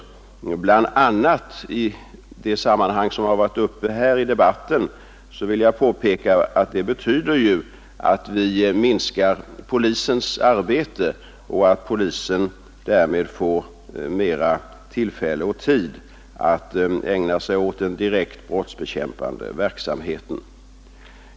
Det skulle bl.a. betyda att vi kunde minska polisens arbetsbörda och att polisen därmed kunde få mera tid att ägna sig åt den direkt brottsbekämpande verksamheten.